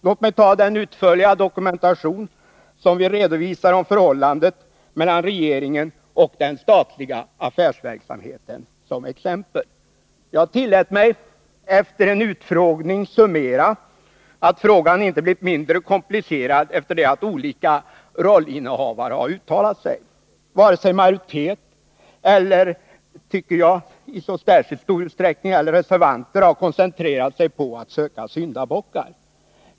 Låt mig ta den utförliga dokumentation, som vi redovisar om förhållandet mellan regeringen och den statliga affärsverksamheten, som exempel. Jag tillät mig efter en utfrågning summera, att frågan inte blivit mindre komplicerad efter det att olika rollinnehavare uttalat sig. Vare sig majoritet eller — i varje fall inte i särskilt stor utsträckning, tycker jag — reservanter har koncentrerat sig på att söka syndabockar.